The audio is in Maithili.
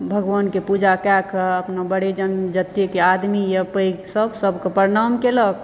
भगवानकऽ पूजा कएकऽ अपना बड़े जन जतेक आदमीए पैघसभ सभकऽ प्रणाम केलक